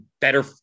better